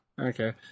Okay